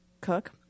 cook